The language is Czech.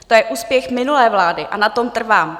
To je úspěch minulé vlády a na tom trvám.